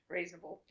Reasonable